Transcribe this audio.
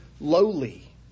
lowly